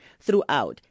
throughout